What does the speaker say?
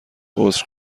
عذر